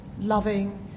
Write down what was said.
loving